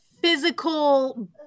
physical